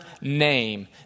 name